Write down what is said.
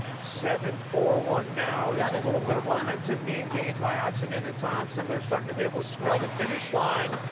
seven four one now, as a little bit of momentum being gained by oxenden and thompson. they're starting to be able to smell the finish line.